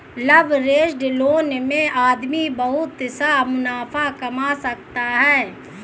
leveraged loan में आदमी बहुत सा मुनाफा कमा सकता है